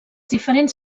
diferents